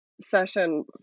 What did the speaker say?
session